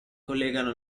collegano